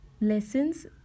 lessons